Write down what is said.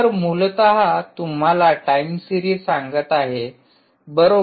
तर मूलत तुम्हाला टाईम सीरिज सांगत आहे बरोबर